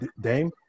Dame